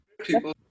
people